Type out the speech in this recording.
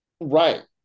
right